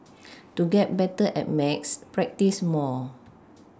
to get better at maths practise more